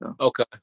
Okay